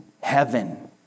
heaven